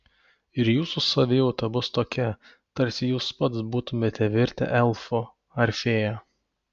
ir jūsų savijauta bus tokia tarsi jūs pats būtumėte virtę elfu ar fėja